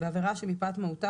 בעבירה שמפאת מהותה,